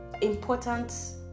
important